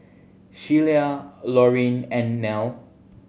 Shelia Lorene and Nell